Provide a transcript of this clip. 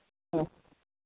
ம்